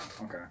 Okay